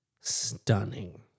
stunning